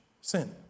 sin